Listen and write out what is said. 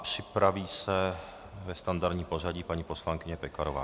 Připraví se ve standardním pořadí paní poslankyně Pekarová.